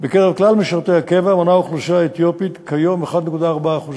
בקרב כלל משרתי הקבע מונה האוכלוסייה האתיופית כיום 1.4%;